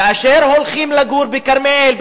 כאשר הולכים לגור בכרמל,